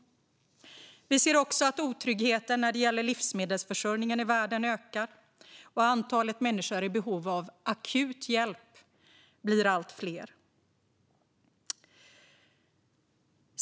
Vi ser också att otryggheten när det gäller livsmedelsförsörjningen i världen ökar och att personer i behov av akut hjälp blir allt fler.